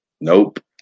Nope